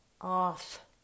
off